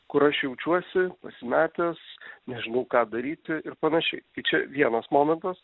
kur aš jaučiuosi pasimetęs nežinau ką daryti ir panašiai čia vienas momentas